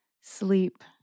sleep